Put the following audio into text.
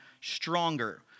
stronger